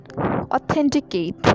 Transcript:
authenticate